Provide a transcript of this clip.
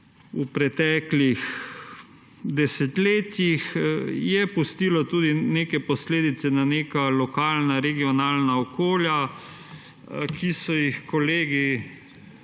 v preteklih desetletjih, je pustilo tudi neke posledice na neka lokalna, regionalna okolja, ki so jih kolegi